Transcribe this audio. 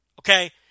Okay